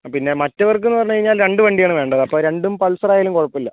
ആ പിന്നെ മറ്റവർക്കെന്ന് പറഞ്ഞുകഴിഞ്ഞാൽ രണ്ട് വണ്ടിയാണ് വേണ്ടത് അപ്പോൾ രണ്ടും പൾസർ ആയാലും കുഴപ്പമില്ല